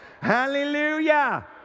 Hallelujah